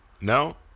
No